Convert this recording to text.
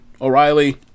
O'Reilly